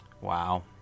Wow